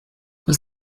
was